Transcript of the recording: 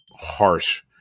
harsh